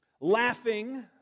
laughing